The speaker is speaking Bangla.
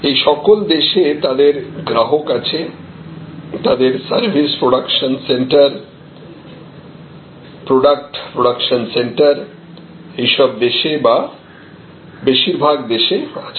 এই সকল দেশে তাদের গ্রাহক আছে তাদের service production centre product production centre এইসব দেশে বা বেশিরভাগ দেশে আছে